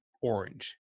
Orange